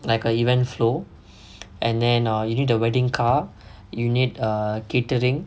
like a event flow and then err you need the wedding car you need err catering